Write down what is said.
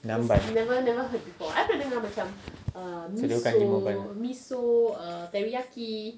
namban